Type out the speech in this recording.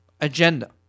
agenda